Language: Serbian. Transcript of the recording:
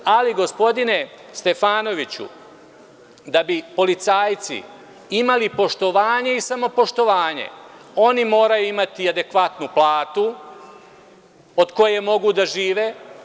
Ali, gospodine Stefanoviću da bi policajci imali poštovanje i samopoštovanje oni moraju imati adekvatnu platu od koje mogu da žive.